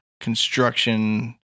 construction